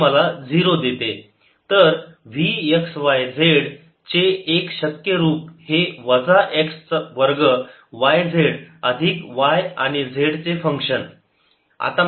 ∂V∂xFx 2xyz Vxyz x2yzf तर V x y z चे एक शक्य रूप हे वजा x वर्ग y z अधिक y आणि z चे फंक्शन